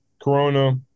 Corona